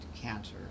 cancer